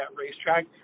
racetrack